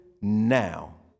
now